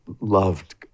loved